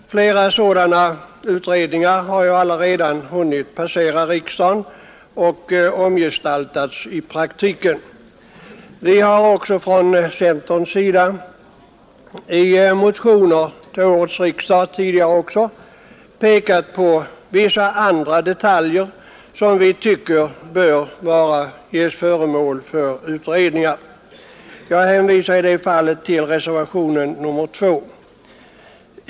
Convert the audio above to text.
Flera sådana utredningar har ju redan passerat riksdagen och omgestaltats i praktiken. Vi har också från centerns sida i motioner till årets riksdag, liksom tidigare, pekat på vissa andra detaljer som vi tycker bör göras till föremål för utredningar. Jag hänvisar därvidlag till reservationen 2.